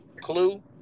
Clue